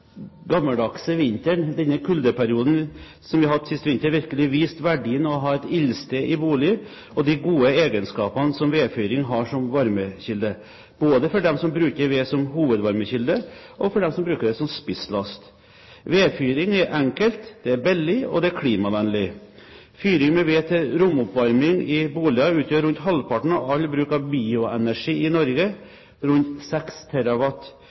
gammeldagse vinteren – denne kuldeperioden som vi har hatt sist vinter – virkelig vist verdien av å ha et ildsted i boliger og de gode egenskapene som vedfyring har som varmekilde, både for dem som bruker ved som hovedvarmekilde, og for dem som bruker det som spisslast. Vedfyring er enkelt, billig og klimavennlig. Fyring med ved til romoppvarming i boliger utgjør rundt halvparten av all bruk av bioenergi i Norge, rundt